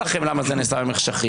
ברור לכם למה זה נעשה במחשכים.